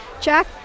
Jack